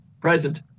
Present